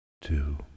two